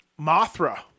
Mothra